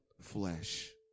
flesh